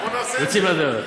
יוצאים לדרך.